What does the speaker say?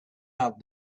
out